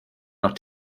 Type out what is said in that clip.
noch